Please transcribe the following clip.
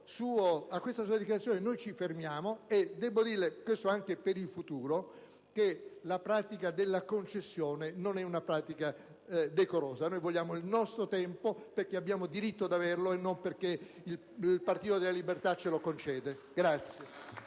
A questa sua dichiarazione noi ci fermiamo. Debbo dirle, anche per il futuro, che la pratica della concessione non è decorosa. Noi vogliamo il nostro tempo perché abbiamo diritto ad averlo, e non perché il Partito della Libertà ce lo concede.